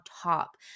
top